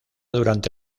durante